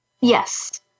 Yes